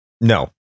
No